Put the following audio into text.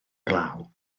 glaw